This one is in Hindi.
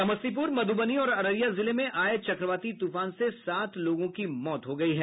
समस्तीपुर मधुबनी और अररिया जिले में आये चक्रवाती तूफान से सात लोगों की मौत हो गयी है